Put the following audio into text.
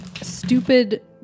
stupid